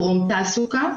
טרום תעסוקה,